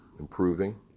improving